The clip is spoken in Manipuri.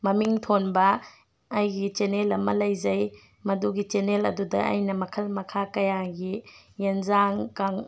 ꯃꯃꯤꯡ ꯊꯣꯟꯕ ꯑꯩꯒꯤ ꯆꯦꯟꯅꯦꯜ ꯑꯃ ꯂꯩꯖꯩ ꯃꯗꯨꯒꯤ ꯆꯦꯟꯅꯦꯜ ꯑꯗꯨꯗ ꯑꯩꯅ ꯃꯈꯜ ꯃꯈꯥ ꯀꯌꯥꯒꯤ ꯌꯦꯟꯖꯥꯡ ꯀꯥꯡ